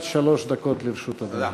עד שלוש דקות לרשות אדוני.